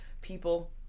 people